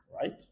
right